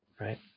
Right